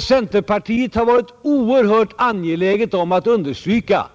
Centerpartiet har varit oerhört angeläget om att understryka